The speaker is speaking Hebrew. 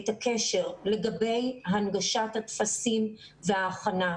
את הקשר לגבי הנגשת הטפסים וההכנה,